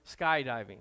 skydiving